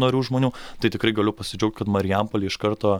narių žmonių tai tikrai galiu pasidžiaugt kad marijampolėj iš karto